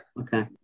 Okay